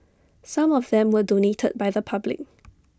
some of them were donated by the public